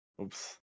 oops